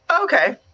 Okay